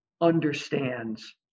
understands